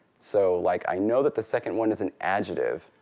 so like i know that the second one is an adjective,